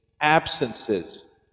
absences